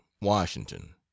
Washington